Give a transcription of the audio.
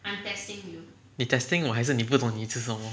你 testing 我还是你不懂你每次吃什么